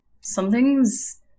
Something's